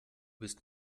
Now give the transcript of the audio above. bist